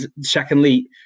secondly